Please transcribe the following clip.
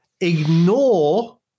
ignore